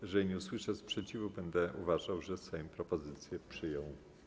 Jeżeli nie usłyszę sprzeciwu, będę uważał, że Sejm propozycję przyjął.